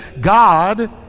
God